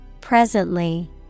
Presently